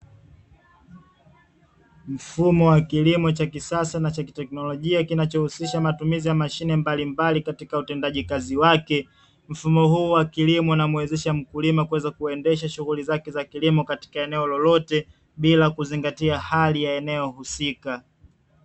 Mfumo wa kilimo cha kisasa na cha kiteknolojia kinachohusisha matumizi ya mashine mbalimbali katika utendaji kazi wake. Mfumo huu wa kilimo unamwezesha mkulima kuweza kuendesha shughuli zake za kilimo katika eneo lolote bila kuzingatia hali ya eneo husika.